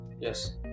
Yes